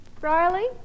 Riley